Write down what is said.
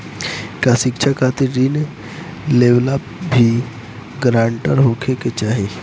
का शिक्षा खातिर ऋण लेवेला भी ग्रानटर होखे के चाही?